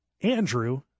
Andrew